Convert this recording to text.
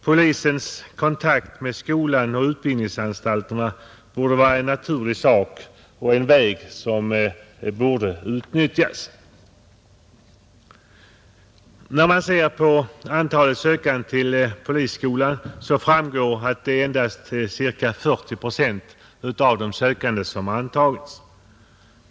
Polisens kontakt med skolan och utbildningsanstalterna är en naturlig väg som borde utnyttjas. När man ser på antalet sökande till polisskolan finner man att endast ca 40 procent av de sökande antagits.